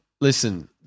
listen